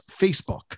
Facebook